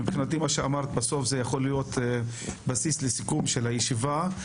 מבחינתי מה שאמרת בסוף יכול להיות בסיס לסיכום הישיבה.